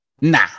Nah